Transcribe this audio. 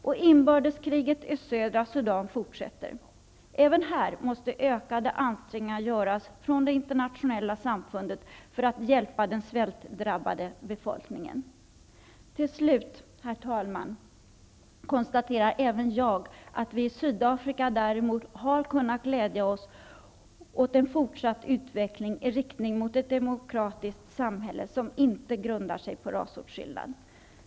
Och inbördeskriget i södra Sudan fortsätter. Även här måste ökade ansträngningar göras från det internationella samfundet för att hjälpa den svältdrabbade befolkningen. Till slut, herr talman, konstaterar även jag att vi i Sydafrika däremot har kunnat glädja oss åt en fortsatt utveckling i riktning mot ett demokratiskt samhälle som inte grundar sig på rasåtskillnad.